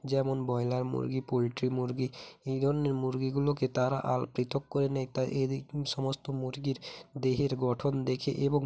যেমন ব্রয়লার মুরগি পোলট্রি মুরগি এই ধরনের মুরগিগুলোকে তারা আল পৃথক করে নেয় তাই এদিক সমস্ত মুরগির দেহের গঠন দেখে এবং